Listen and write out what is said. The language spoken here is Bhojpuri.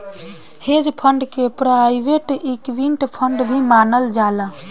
हेज फंड के प्राइवेट इक्विटी फंड भी मानल जाला